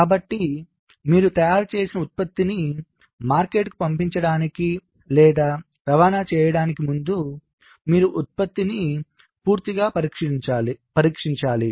కాబట్టి మీరు తయారుచేసిన ఉత్పత్తిని మార్కెట్కు పంపించడానికి లేదా రవాణా చేయడానికి ముందు మీరు ఉత్పత్తిని పూర్తిగా పరీక్షించాలి